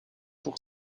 pour